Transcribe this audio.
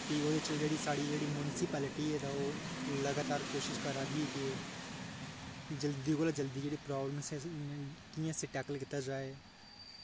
फ्ही ओह्दे च जेह्ड़ी साढ़ी मुनिसिपैलिटी ऐ ओह् लगातार कोशिश करा दी ऐ के जल्दी कोला जल्दी जेह्ड़ी प्राब्लम ऐ कि'यां उसी टैकल कीता जाए